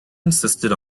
insisted